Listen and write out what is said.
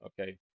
okay